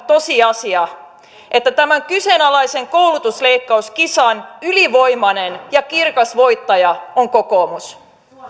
tosiasia että tämän kyseenalaisen koulutusleikkauskisan ylivoimainen ja kirkas voittaja on kokoomus